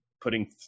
putting